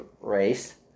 race